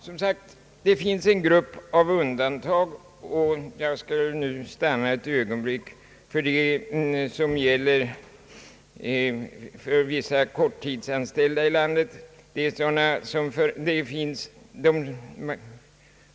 Det finns som sagt en grupp av undantag, och jag skall nu stanna ett ögonblick inför det som gäller för vissa korttidsanställningar i landet.